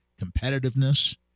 competitiveness